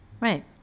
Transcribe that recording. Right